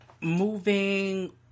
moving